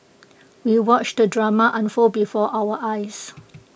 we watched the drama unfold before our eyes